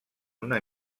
una